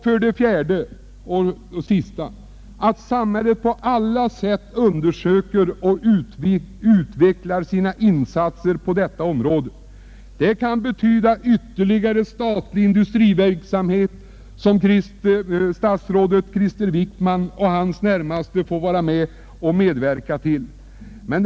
För det fjärde och sista måste samhället på alla sätt undersöka och utveckla sina insatser på detta område. Det kan betyda ytterligare statlig industriverksamhet, som statsrådet Krister Wickman och hans närmaste medarbetare får medverka till att genomföra.